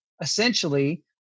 essentially